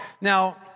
Now